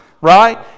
Right